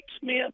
Smith